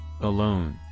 Alone